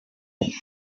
family